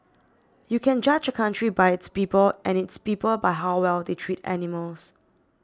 you can judge a country by its people and its people by how well they treat animals